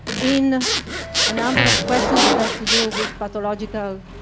in a number of questions that have to do with pathological